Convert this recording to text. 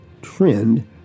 trend